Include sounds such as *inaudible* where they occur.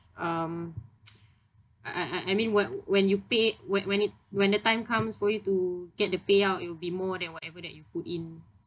um *noise* I I I I mean what when you pay wh~ when it when the time comes for you to get the payout it will be more than whatever that you put in